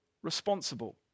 responsible